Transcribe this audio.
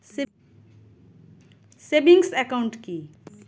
Savings account কি?